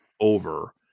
over